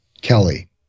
Kelly